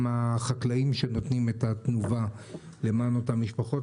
גם החקלאים שנותנים את התנובה למען אותן משפחות,